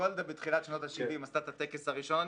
גולדה בתחילת שנות ה-70' עשתה את הטקס הראשון,